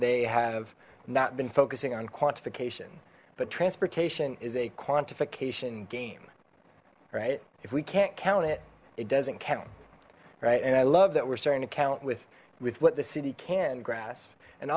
they have not been focusing on quantification but transportation is a quantification game right if we can't count it it doesn't count right and i love that we're starting to count with with what the city can grasp and